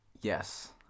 Yes